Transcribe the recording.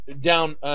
down